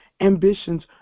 ambitions